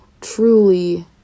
truly